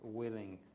willing